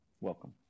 Welcome